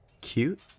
Cute